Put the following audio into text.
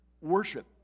worship